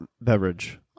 beverage